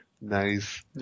nice